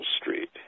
Street